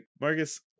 Marcus